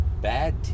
bad